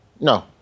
No